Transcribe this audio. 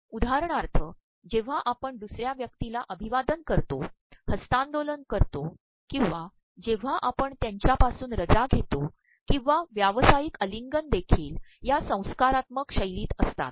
उदाहरणार्य जेव्हा आपण दसु र्या व्यक्तीला अमभवादन करतो हस्त्तांदोलन करतो ककंवा जेव्हा आपण त्यांच्यापासून रजा घेतो ककंवा व्यावसातयक आमलंगनदेखील या संस्त्कारात्मक शैलीत असतात